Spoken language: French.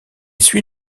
suit